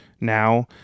now